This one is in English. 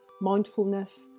mindfulness